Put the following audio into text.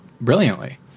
brilliantly